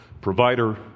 provider